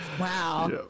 wow